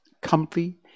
Comfy